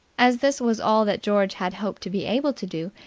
as this was all that george had hoped to be able to do,